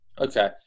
Okay